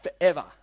forever